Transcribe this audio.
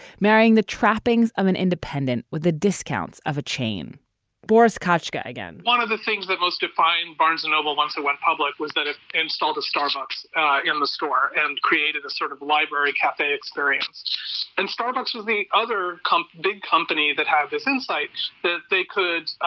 marrying the trappings of an independent with the discounts of a chain boris kasuga again, one of the things that most define barnes and noble once it went public was that it installed a starbucks in the store and created a sort of library cafe experience and starbucks with the other big companies that have this insight that they could